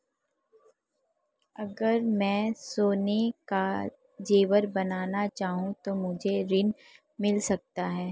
अगर मैं सोने के ज़ेवर बनाना चाहूं तो मुझे ऋण मिल सकता है?